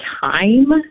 time